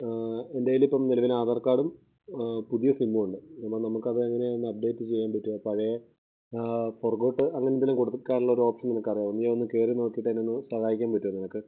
എൻ്റെ കയ്യിലിപ്പം നിലവില് ആധാർകാർഡും പുതിയ സിമ്മുമുണ്ട് എന്നാൽ നമുക്കത് എങ്ങനെ ആണൊന്ന് അപ്ഡേറ്റ് ചെയ്യാൻ പറ്റുക പഴയ ഫോർഗോട്ട് അങ്ങനെ എന്തേലും കൊടുക്കാനുള്ള ഓരോപ്ഷൻ നിനക്കറിയാവോ നീയൊന്ന് കയറി നോക്കിയിട്ട് എന്നെയൊന്ന് സഹായിക്കാൻ പറ്റുമോ നിനക്ക്